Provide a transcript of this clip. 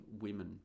women